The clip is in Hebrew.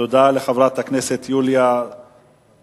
תודה לחברת הכנסת יוליה שמאלוב-ברקוביץ.